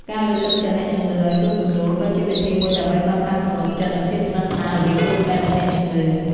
ការលើកទឹកចិត្តអ្នកជំងឺឱ្យសួរសំណួរក៏ជាវិធីមួយដើម្បីកសាងទំនុកចិត្តនិងភាពស្និទ្ធស្នាលរវាងគ្រូពេទ្យនិងអ្នកជំងឺ។